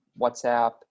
WhatsApp